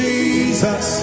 Jesus